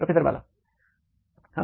professor Bala हं